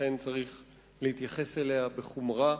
לכן צריך להתייחס אליה בחומרה,